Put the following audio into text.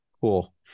cool